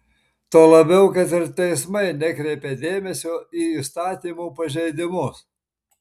tuo labiau kad ir teismai nekreipia dėmesio į įstatymų pažeidimus